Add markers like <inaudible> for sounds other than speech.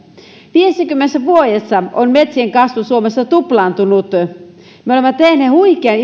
viidessäkymmenessä vuodessa on metsien kasvu suomessa tuplaantunut me olemme tehneet huikean <unintelligible>